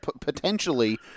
potentially